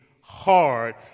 hard